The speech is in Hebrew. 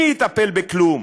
מי יטפל בכלום?